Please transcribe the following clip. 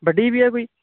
ਵੱਡੀ ਵੀ ਹੈ ਕੋਈ